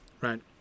Right